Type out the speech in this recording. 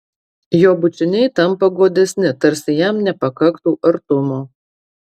jo bučiniai tampa godesni tarsi jam nepakaktų artumo